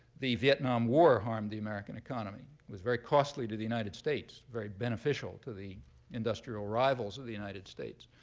the vietnam war harmed the american economy. it was very costly to the united states, very beneficial to the industrial rivals of the united states.